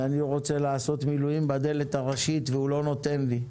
ואני רוצה לעשות מילואים בדלת הראשית והוא לא נותן לי,